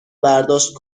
برداشت